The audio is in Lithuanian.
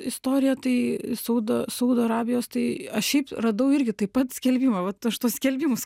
istorija tai saudo saudo arabijos tai aš šiaip radau irgi taip pat skelbimą vat aš tuos skelbimus